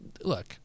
Look